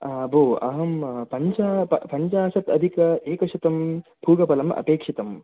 भो अहं पञ्चा पञ्चशत् अधिक एकशतं फूगफलम् अपेक्षितं